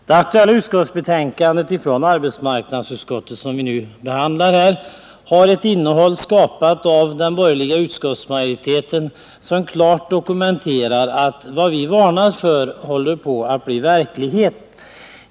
Det aktuella utskottsbetänkandet från arbetsmarknadsutskottet har ett innehåll, skapat av den borgerliga utskottsmajoriteten, som klart dokumenterar att vad vi varnat för håller på att bli verklighet.